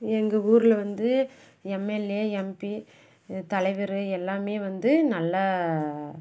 எங்கள் ஊரில் வந்து எம்எல்ஏ எம்பி தலைவர் எல்லாமே வந்து நல்லா